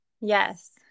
Yes